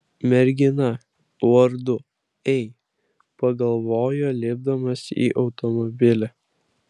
mergina vardu ei pagalvojo lipdamas į automobilį